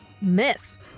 Miss